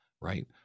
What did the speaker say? right